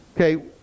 Okay